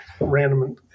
random